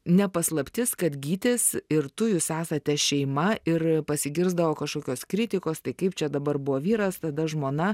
ne paslaptis kad gytis ir tu jūs esate šeima ir pasigirsdavo kažkokios kritikos tai kaip čia dabar buvo vyras tada žmona